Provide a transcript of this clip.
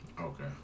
Okay